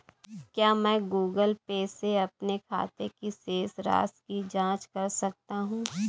क्या मैं Google Pay से अपने खाते की शेष राशि की जाँच कर सकता हूँ?